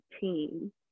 team